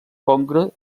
congre